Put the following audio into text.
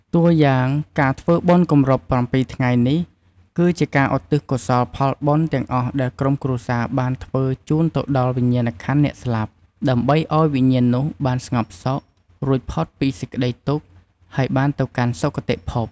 តួយ៉ាង ការធ្វើបុណ្យគម្រប់៧ថ្ងៃនេះ គឺជាការ ឧទ្ទិសកុសលផលបុណ្យ ទាំងអស់ដែលក្រុមគ្រួសារបានធ្វើ ជូនទៅដល់វិញ្ញាណក្ខន្ធអ្នកស្លាប់ ដើម្បីឱ្យវិញ្ញាណនោះបាន ស្ងប់សុខ រួចផុតពីសេចក្តីទុក្ខ ហើយបានទៅកាន់ សុគតិភព។